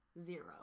zero